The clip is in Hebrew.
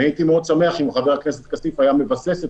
והייתי מאוד שמח אם חבר הכנסת כסיף היה מבסס את